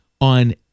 on